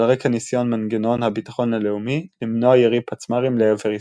על רקע ניסיון מנגנון "הביטחון הלאומי" למנוע ירי פצמ"רים לעבר ישראל.